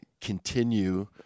continue